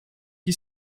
qui